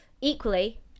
Equally